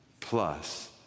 plus